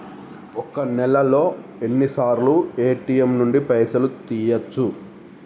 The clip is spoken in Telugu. ఒక్క నెలలో ఎన్నిసార్లు ఏ.టి.ఎమ్ నుండి పైసలు తీయచ్చు?